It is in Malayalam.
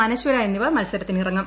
അനശ്വര എന്നിവർ മൽസരത്തിനിറങ്ങും